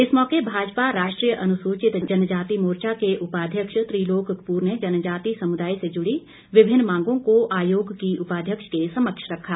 इस मौके भाजपा राष्ट्रीय अनुसूचित जनजाति मोर्चा के उपाध्यक्ष त्रिलोक कपूर ने जनजाति समुदाय से जुड़ी विभिन्न मांगों को आयोग की उपाध्यक्ष के समक्ष रखा